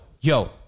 yo